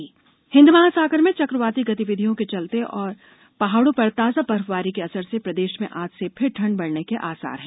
मौसम हिंद महासागर में चक्रवातीय गतिविधियों के चलते और पहाड़ों पर ताजा बर्फबारी के असर से प्रदेश में आज से फिर ठंड बढ़ने के आसार हैं